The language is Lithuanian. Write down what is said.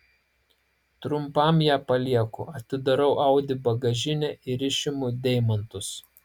trumpam ją palieku atidarau audi bagažinę ir išimu deimantus